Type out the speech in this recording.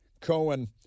Cohen